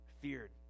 feared